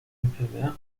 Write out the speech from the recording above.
enfermedad